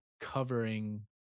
covering